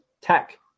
Tech